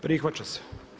Prihvaća se.